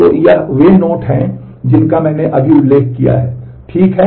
तो यह वे नोट हैं जिनका मैंने अभी उल्लेख किया है ठीक है